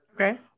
okay